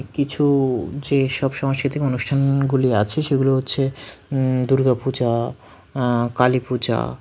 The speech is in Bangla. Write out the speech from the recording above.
কিছু যে সব সাংস্কৃতিক অনুষ্ঠানগুলি আছে সেগুলো হচ্ছে দুর্গা পূজা কালী পূজা